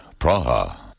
Praha. (